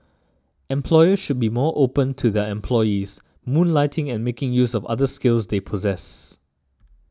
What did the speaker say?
employers should be more open to their employees moonlighting and making use of other skills they possess